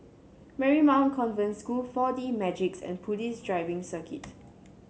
Marymount Convent School Four D Magix and Police Driving Circuit